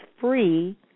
free